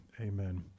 Amen